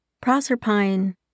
Proserpine